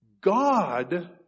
God